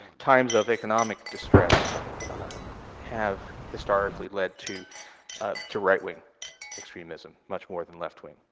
times of economic distress um have historically led to ah to right-wing extremism much more than left-wing.